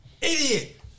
Idiot